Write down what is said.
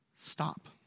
stop